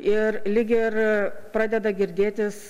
ir lyg ir pradeda girdėtis